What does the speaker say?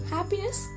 Happiness